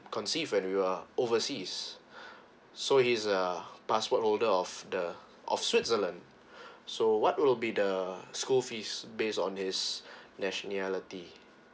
conceived when we were overseas so he's a passport holder of the of switzerland so what will be the school fees based on his nationality